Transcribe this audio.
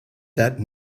that